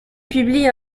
publie